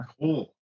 Cool